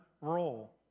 role